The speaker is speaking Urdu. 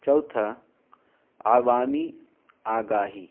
چوتھا عوامی آگاہی